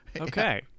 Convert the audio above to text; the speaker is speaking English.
Okay